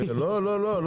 לא לא,